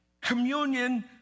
communion